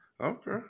Okay